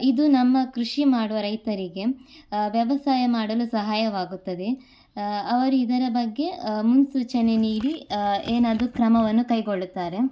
ಇದು ನಮ್ಮ ಕೃಷಿ ಮಾಡುವ ರೈತರಿಗೆ ವ್ಯವಸಾಯ ಮಾಡಲು ಸಹಾಯವಾಗುತ್ತದೆ ಅವರು ಇದರ ಬಗ್ಗೆ ಮುನ್ಸೂಚನೆ ನೀಡಿ ಏನಾದರೂ ಕ್ರಮವನ್ನು ಕೈಗೊಳ್ಳುತ್ತಾರೆ